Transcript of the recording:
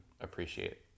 appreciate